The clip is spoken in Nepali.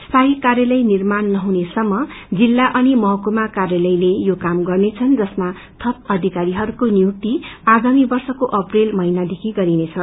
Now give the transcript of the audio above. स्थायी काय्पलय निर्माण नहुनेसम्म कार्यक्रम जिल्ला अनि महकुमा कार्यालयले यो काम गर्नेछन् जसमा थप अधिकारीहरूको नियुक्ति आगामी वर्षको अप्रेल महिनादेखि गरिनेछ